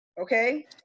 okay